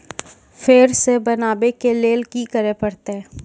फेर सॅ बनबै के लेल की करे परतै?